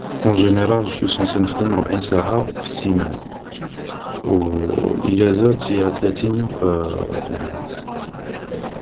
اون جينيرال جوسوي صونصي نخدم ربعين ساعة في السيمانة و الايجازات هي تلاتين يوم في العام